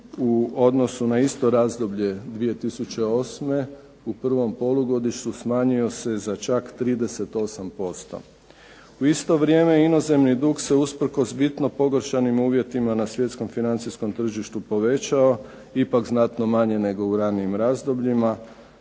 u odnosu na isto razdoblje 2008. u prvom polugodištu smanjio se za čak 38%. U isto vrijeme inozemni dug se usprkos bitno pogoršanim uvjetima na svjetskom financijskom tržištu povećao, ipak znatno manje nego u ranijim razdobljima